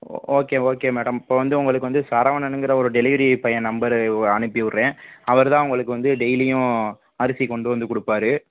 ஓ okay okay madam இப்போ வந்து உங்களுக்கு வந்து சரவணன்ங்கிற ஒரு டெலிவரி பையன் நம்பரு ஓ அனுப்பிவிட்றேன் அவர் தான் உங்களுக்கு வந்து டெய்லியும் அரிசி கொண்டு வந்து கொடுப்பாரு